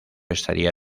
estaría